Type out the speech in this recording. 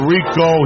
Rico